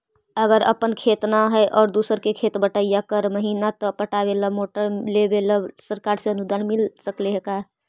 अगर अपन खेत न है और दुसर के खेत बटइया कर महिना त पटावे ल मोटर लेबे ल सरकार से अनुदान मिल सकले हे का?